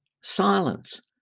silence